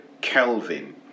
Kelvin